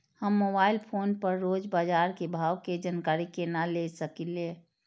हम mobile phone पर रोज बाजार के भाव के जानकारी केना ले सकलिये?